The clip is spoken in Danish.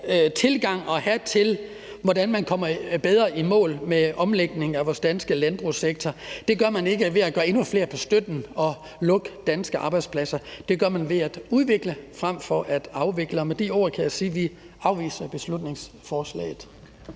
tilgang at have til, hvordan man kommer bedre i mål med omlægningen af vores danske landbrugssektor. Det gør man ikke ved at sætte endnu flere på støtten og lukke danske arbejdspladser. Det gør man ved at udvikle frem for at afvikle, og med de ord kan jeg sige, at vi afviser beslutningsforslaget.